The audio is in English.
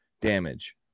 damage